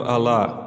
Allah